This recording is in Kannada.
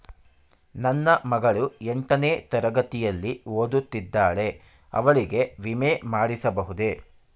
ನನ್ನ ಮಗಳು ಎಂಟನೇ ತರಗತಿಯಲ್ಲಿ ಓದುತ್ತಿದ್ದಾಳೆ ಅವಳಿಗೆ ವಿಮೆ ಮಾಡಿಸಬಹುದೇ?